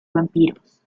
vampiros